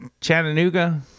Chattanooga